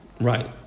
right